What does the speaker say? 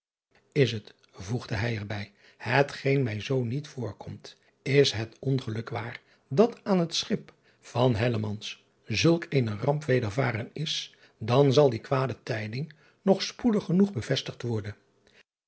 s het voegde hij er bij hetgeen mij zoo niet voorkomt is het ongelukkig waar dat aan het schip van zulk eene ramp wedervaren is dan zal die kwade tijding nog spoedig genoeg bevestigd worden